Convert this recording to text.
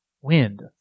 wind